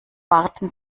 warten